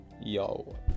Yo